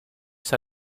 side